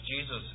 Jesus